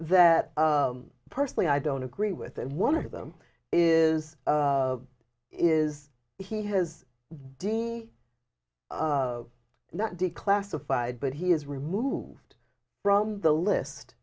that personally i don't agree with and one of them is is he has deemed not declassified but he is removed from the list